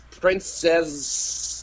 Princess